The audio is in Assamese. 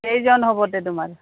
কেইজন হ'বতে তোমাৰ